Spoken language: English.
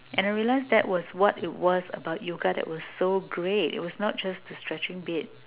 and I realize that was what it was about yoga that was so great it was not just the stretching bit